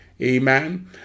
Amen